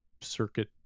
circuit